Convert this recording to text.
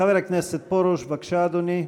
חבר הכנסת פרוש, בבקשה, אדוני.